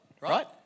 right